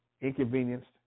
inconvenienced